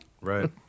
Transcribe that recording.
Right